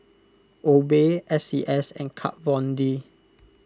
Obey S C S and Kat Von D